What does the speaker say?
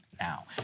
now